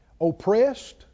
oppressed